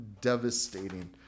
devastating